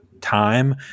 time